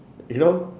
you know